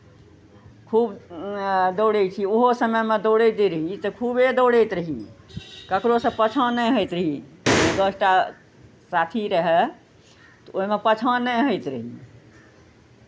खूब दौड़ै छी ओहो समयमे दौड़ै जे रही तऽ खूबे दौड़ैत रही ककरोसँ पाछाँ नहि होइत रही दस टा साथी रहए तऽ ओहिमे पाछाँ नहि होइत रही